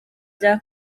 rya